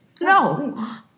No